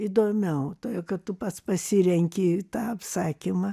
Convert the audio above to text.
įdomiau todėl kad tu pats pasirenki tą apsakymą